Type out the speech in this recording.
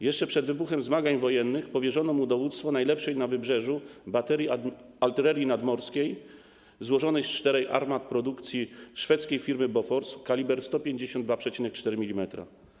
Jeszcze przed wybuchem zmagań wojennych powierzono mu dowództwo najlepszej na Wybrzeżu baterii artylerii nadmorskiej złożonej z czterech armat produkcji szwedzkiej firmy Bofors, kaliber 152,4 mm.